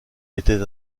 était